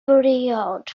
briod